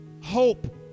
hope